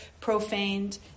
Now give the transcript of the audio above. profaned